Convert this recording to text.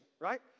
right